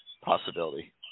possibility